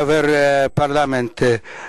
חברי כנסת מכובדים,